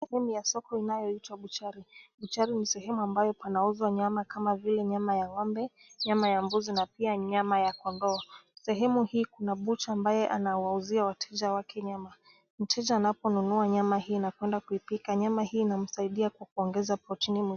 Sehemu ya soko inayoitwa butchery. Butchery ni sehemu ambayo panauzwa nyama kama vile nyama ya ng'ombe, nyama ya mbuzi na pia nyama ya kondoo. Sehemu hii kuna butcher ambaye anawauzia wateja wake nyama. Mteja anaponunua nyama hii na kwenda kuipika, nyama hii inamsaidia kwa kuongeza protini mwilini.